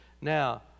Now